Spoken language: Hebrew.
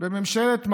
בממשלת מעבר,